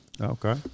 Okay